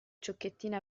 ciocchettine